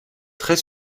très